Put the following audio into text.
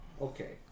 Okay